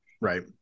Right